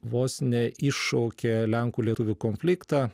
vos ne iššaukė lenkų lietuvių konfliktą